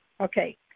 Okay